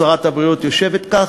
שרת הבריאות יושבת כאן,